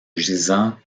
gisant